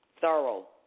Thorough